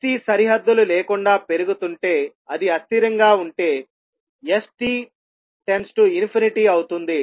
s t సరిహద్దులు లేకుండా పెరుగుతుంటే అది అస్థిరంగా ఉంటే s t→∞అవుతుంది